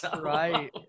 right